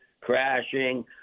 crashing